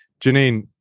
Janine